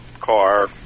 car